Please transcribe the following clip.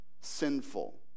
Sinful